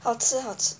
好吃好吃